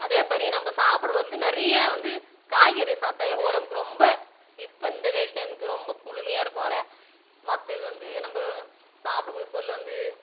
அதே மாதிரி நம்ம சாப்பாடு வந்து நிறைய வந்து காய்கறியை சாப்பிட்டாவே உடம்புக்கு ரொம்ப இப்போ இந்த வெயில் டைமுக்கு ரொம்ப குளுமையாக இருக்கும் வேற மற்றது வந்து நம்ம சாப்புட கூடிய பொருள் வந்து